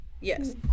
Yes